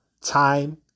time